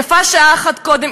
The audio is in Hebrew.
יפה שעה אחת קודם,